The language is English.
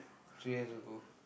three years ago